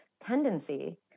tendency